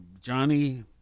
Johnny